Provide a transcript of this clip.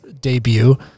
debut